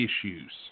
issues